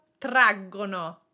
traggono